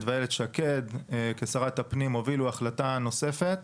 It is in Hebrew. ואילת שקד כשרת הפנים הובילו החלטה נוספת.